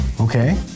Okay